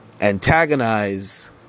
Antagonize